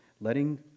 Letting